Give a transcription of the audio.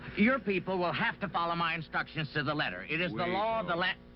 your people will have to follow my instructions to the letter. it is the law of the land.